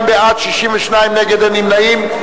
32 בעד, 62 נגד, אין נמנעים.